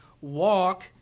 walk